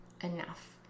enough